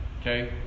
Okay